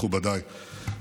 מכובדיי,